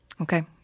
Okay